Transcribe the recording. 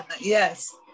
Yes